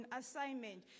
assignment